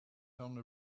only